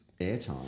airtime